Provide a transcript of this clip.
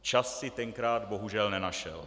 Čas si tenkrát bohužel nenašel.